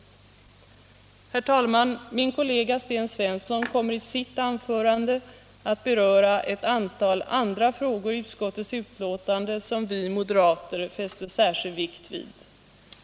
Herr talman! Min kollega Sten Svensson kommer i sitt anförande att beröra ett antal andra frågor i utskottets betänkande som vi moderater fäster särskild vikt vid.